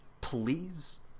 please